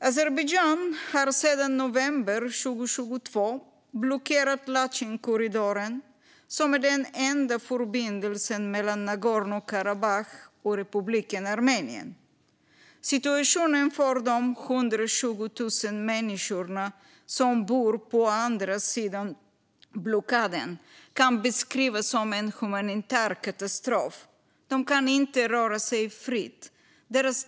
Azerbajdzjan har sedan november 2022 blockerat Latjinkorridoren, som är den enda förbindelsen mellan Nagorno-Karabach och Republiken Armenien. Situationen för de 120 000 människorna som bor på andra sidan blockaden kan beskrivas som en humanitär katastrof. De kan inte röra sig fritt.